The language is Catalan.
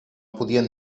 podien